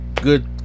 good